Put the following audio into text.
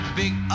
big